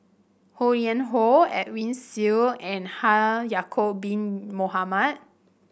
Ho Yuen Hoe Edwin Siew and Haji Ya'acob Bin Mohamed